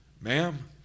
ma'am